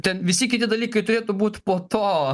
ten visi kiti dalykai turėtų būt po to